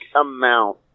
amount